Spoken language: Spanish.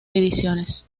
ediciones